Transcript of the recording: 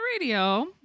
radio